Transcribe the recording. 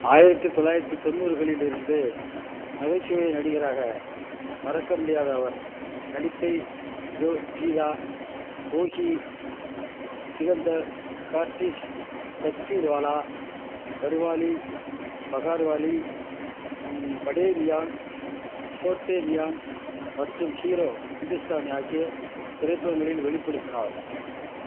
ஆயிரத்தி தொள்ளாயிரத்தி தொண்ணூறுகளிலிருந்து நகைச்சுவை நடிகராக மறக்கமுடியாத அவர் நடிப்பை ஜோ ஜீதா வோஹி சிகந்தர் கார்டிஷ் தக்தீர்வாலா கர்வாலி பஹார்வாலி படே மியான் சோட்டே மியான் மற்றும் ஹீரோ இந்துஸ்தானி ஆகிய திரைப்படங்களில் வெளிப்படுத்தினார்